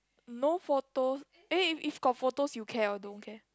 no photo eh if got photos you care or don't care